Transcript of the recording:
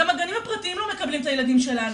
גם הגנים הפרטיים לא מקבלים את הילדים שלנו,